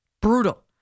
Brutal